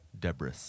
Debris